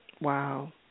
Wow